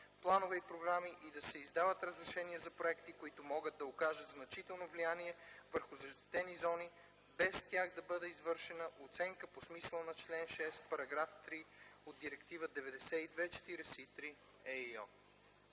планове и програми и да се издават разрешения за проекти, които могат да окажат значително влияние върху защитени зони, без за тях да бъде извършена оценка по смисъла на член 6, параграф 3 от Директива 92/43/ЕИО.